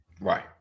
Right